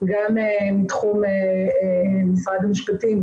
גם מתחום משרד המשפטים,